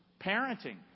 Parenting